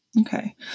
Okay